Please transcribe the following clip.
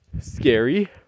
scary